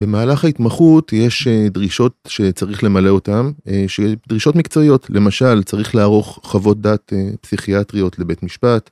במהלך ההתמחות יש דרישות שצריך למלא אותן, אה... של... דרישות מקצועיות, למשל, צריך לערוך חוות דעת פסיכיאטריות לבית משפט.